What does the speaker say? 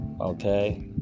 Okay